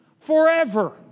forever